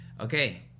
okay